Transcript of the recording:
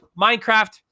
Minecraft